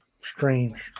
strange